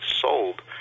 sold